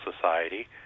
Society